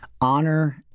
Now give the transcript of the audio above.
honor